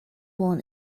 born